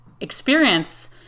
experience